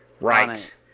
Right